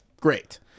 great